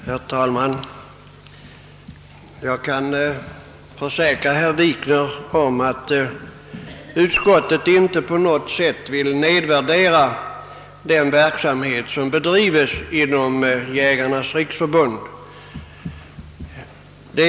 Herr talman! Jag kan försäkra herr Wikner att utskottet inte på något sätt vill nedvärdera den verksamhet som bedrivs inom Jägarnas riksförbund.